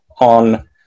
on